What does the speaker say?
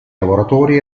lavoratori